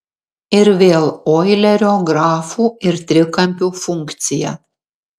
ir vėl oilerio grafų ir trikampių funkcija